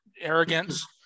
arrogance